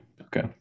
Okay